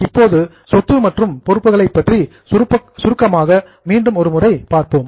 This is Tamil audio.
இப்போது சொத்து மற்றும் பொறுப்புகளை பற்றி சுருக்கமாக மீண்டும் ஒரு முறை பார்ப்போம்